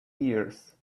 years